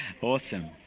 Awesome